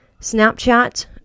Snapchat